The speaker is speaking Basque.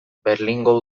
berlingo